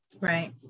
Right